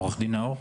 עו"ד נאור.